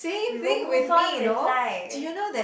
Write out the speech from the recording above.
we will move on with life